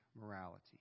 morality